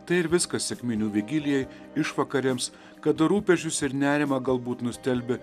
tai ir viskas sekminių vigilijoj išvakarėms kad rūpesčius ir nerimą galbūt nustelbia